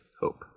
hope